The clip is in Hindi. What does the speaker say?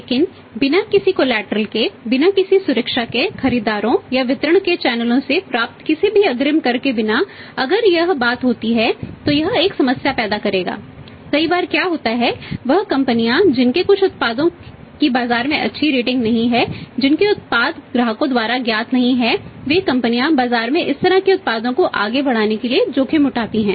लेकिन बिना किसी कॉलेटरल नहीं है जिनके उत्पाद ग्राहकों द्वारा ज्ञात नहीं हैं वे कंपनियां बाजार में इस तरह के उत्पादों को आगे बढ़ाने का जोखिम उठाती हैं